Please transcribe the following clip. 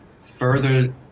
further